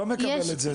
לא מקבל את זה.